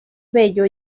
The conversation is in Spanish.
bello